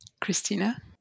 Christina